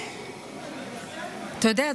אתה יודע,